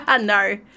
No